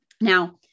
Now